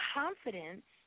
confidence